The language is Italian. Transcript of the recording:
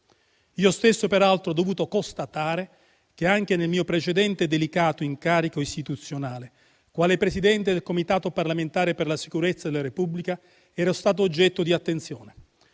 Io stesso peraltro ho dovuto constatare che, anche nel mio precedente e delicato incarico istituzionale quale Presidente del Comitato parlamentare per la sicurezza della Repubblica, ero stato oggetto di attenzione.